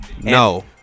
no